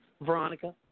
Veronica